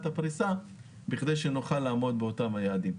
הפריסה בכדי שנוכל לעמוד באותם יעדים.